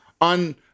on